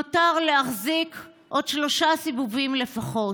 / נותר להחזיק עוד שלושה סיבובים לפחות.